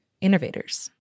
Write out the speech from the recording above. innovators